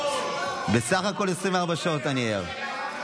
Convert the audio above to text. בסך הכול 24 שעות אני ער.